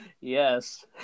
Yes